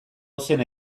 ozen